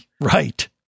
Right